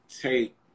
take